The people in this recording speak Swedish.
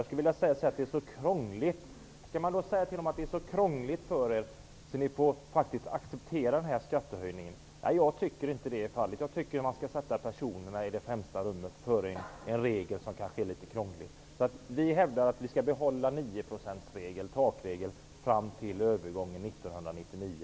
Skall man då säga till dem att det är så krångligt för dem att de faktiskt får acceptera den här skattehöjningen? Nej, jag tycker inte det. Jag tycker man skall sätta personerna i det främsta rummet, före en regel som kanske är litet krånglig. Vi hävdar att vi skall behålla takregeln, 9